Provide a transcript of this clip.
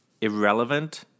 irrelevant